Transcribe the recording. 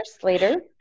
Slater